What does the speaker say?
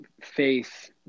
faith